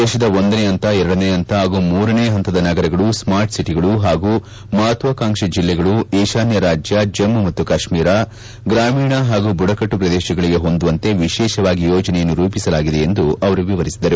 ದೇಶದ ಒಂದನೇ ಹಂತ ಎರಡನೇ ಹಂತ ಹಾಗೂ ಮೂರನೇ ಹಂತದ ನಗರಗಳು ಸ್ನಾರ್ಟ್ ಒಟಗಳು ಹಾಗೂ ಮಹತ್ವಕಾಂಕ್ಷೆ ಜಿಲ್ಲೆಗಳು ಈಶಾನ್ಯ ರಾಜ್ಯ ಜಮ್ಮ ಮತ್ತು ಕಾಶ್ಮೀರ ಗ್ರಾಮೀಣ ಹಾಗೂ ಬುಡಕಟ್ಲು ಪ್ರದೇಶಗಳಿಗೆ ಹೊಂದುವಂತೆ ವಿಶೇಷವಾಗಿ ಯೋಜನೆಯನ್ನು ರೂಪಿಸಲಾಗಿದೆ ಎಂದು ವಿವರಿಸಿದರು